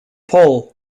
paul